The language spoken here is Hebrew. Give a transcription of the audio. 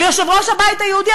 על יושב-ראש הבית היהודי.